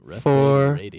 four